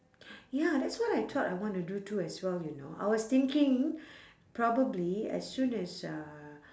ya that's what I thought I wanna do too as well you know I was thinking probably as soon as uh